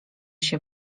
się